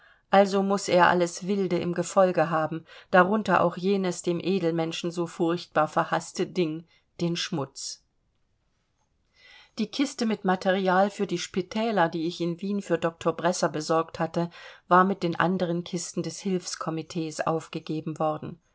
also muß er alles wilde im gefolge haben darunter auch jenes dem edelmenschen so furchtbar verhaßte ding den schmutz die kiste mit material für die spitäler die ich in wien für doktor bresser besorgt hatte war mit den anderen kisten des hilfskomitees aufgegeben worden